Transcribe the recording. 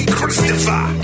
Christopher